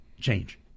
change